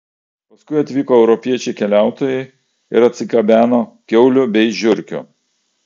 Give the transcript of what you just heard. paskui atvyko europiečiai keliautojai ir atsigabeno kiaulių bei žiurkių